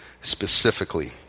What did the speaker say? specifically